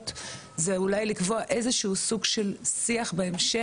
הוא אולי לקבוע איזה סוג של שיח בהמשך.